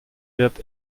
wird